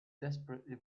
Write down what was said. desperately